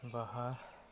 ᱵᱟᱦᱟ